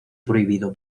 prohibido